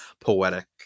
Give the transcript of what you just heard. poetic